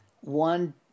one